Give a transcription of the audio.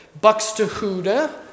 Buxtehude